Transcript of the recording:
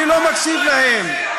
אני לא מקשיב להם.